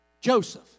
Joseph